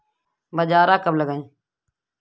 बाजरा कब लगाएँ?